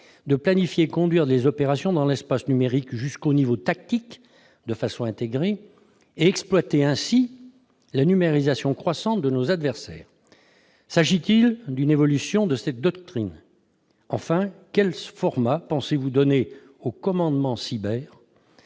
de planifier et de conduire les opérations dans l'espace numérique jusqu'au niveau tactique de façon intégrée et d'exploiter ainsi la numérisation croissante de nos adversaires. S'agit-il d'une évolution de cette doctrine ? Enfin, quel format pensez-vous donner au commandement cyber